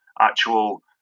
actual